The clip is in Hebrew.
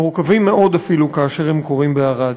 מורכבים מאוד אפילו כאשר הם קורים בערד.